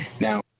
Now